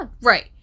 Right